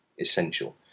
essential